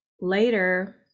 later